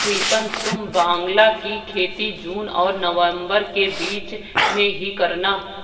प्रीतम तुम बांग्ला की खेती जून और नवंबर के बीच में ही करना